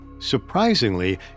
Surprisingly